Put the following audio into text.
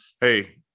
Hey